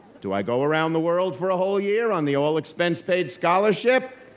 do i go around the world for a whole year on the all expense paid scholarship?